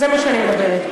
זה מה שאני מדברת.